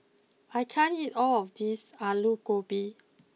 I can't eat all of this Alu Gobi